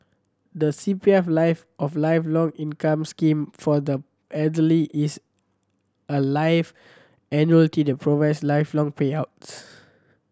the C P F Life of Lifelong Income Scheme for the Elderly is a life annuity that provides lifelong payouts